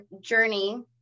journey